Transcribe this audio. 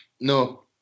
no